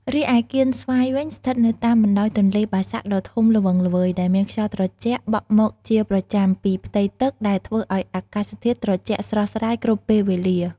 រីឯកៀនស្វាយវិញ ស្ថិតនៅតាមបណ្តោយទន្លេបាសាក់ដ៏ធំល្វឹងល្វើយ ដែលមានខ្យល់ត្រជាក់បក់មកជាប្រចាំពីផ្ទៃទឹកដែលធ្វើឲ្យអាកាសធាតុត្រជាក់ស្រស់ស្រាយគ្រប់ពេលវេលា។